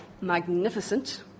magnificent